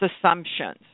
assumptions